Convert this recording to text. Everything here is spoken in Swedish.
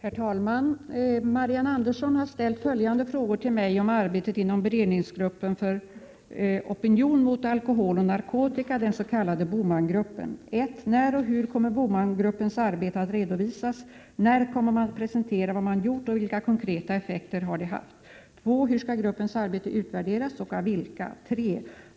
Herr talman! Marianne Andersson har ställt följande frågor till mig om arbetet inom Beredningsgruppen för opinion mot alkohol och narkotika, den s.k. BOMAN-gruppen: 1. När och hur kommer BOMAN-gruppens arbete att redovisas? När kommer man att presentera vad man gjort, och vilka konkreta effekter det har haft? Hur skall gruppens arbete utvärderas och av vilka? 3.